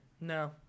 No